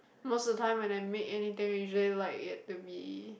most of time when I make anything usually like you have to be